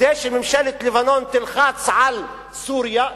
כדי שממשלת לבנון תלחץ על סוריה,